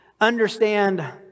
understand